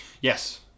Yes